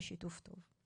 ושיתוף טוב.